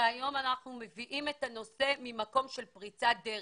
שהיום אנחנו מביאים את הנושא ממקום של פריצת דרך.